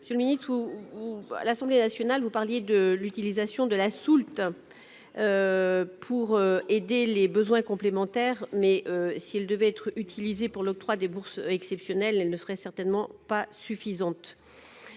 Monsieur le secrétaire d'État, à l'Assemblée nationale, vous avez mentionné l'utilisation de la soulte pour aider les besoins complémentaires. Mais si elle devait être utilisée pour l'octroi de bourses exceptionnelles, elle ne serait certainement pas suffisante.